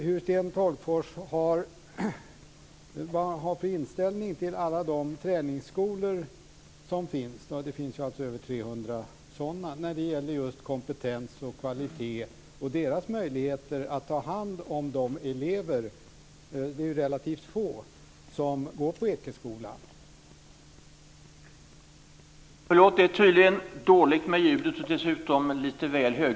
Vilken inställning har Sten Tolgfors till alla de träningsskolor som finns - det finns alltså över 300 sådana - när det gäller kompetens och kvalitet och deras möjligheter att ta hand om elever? Det är ju relativt få som går på Ekeskolan.